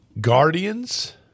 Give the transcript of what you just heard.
Guardians